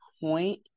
point